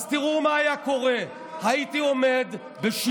הוא לא גנב קולות כמוך.